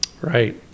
right